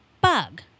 bug